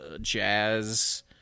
jazz